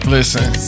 Listen